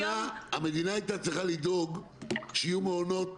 יש הבדל, המדינה הייתה צריכה לדאוג שיהיו מעונות